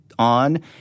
on